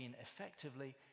effectively